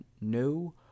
no